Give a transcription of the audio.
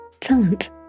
talent